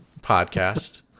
podcast